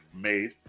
made